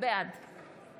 בעד